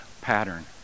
pattern